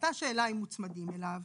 הייתה שאלה אם מוצמדים אליו,